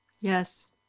Yes